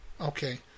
Okay